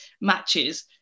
matches